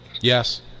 Yes